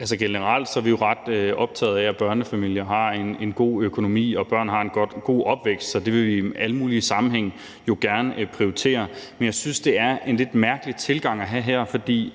(SF): Generelt er vi jo ret optaget af, at børnefamilier har en god økonomi, og at børn har en god opvækst, så det vil vi jo i alle mulige sammenhænge gerne prioritere. Men jeg synes, det er en lidt mærkelig tilgang at have,